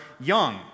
young